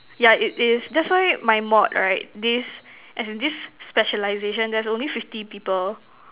yeah it is that's why my mod right this and this specialization there's only fifty people